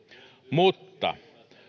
mutta